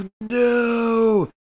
no